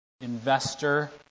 investor